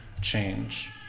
change